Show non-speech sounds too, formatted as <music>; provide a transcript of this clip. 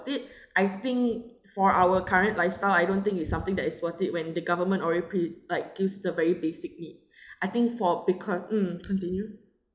it I think for our current lifestyle I don't think it's something that is worth it when the government already pre~ like gives the very basic need <breath> I think for because mm continue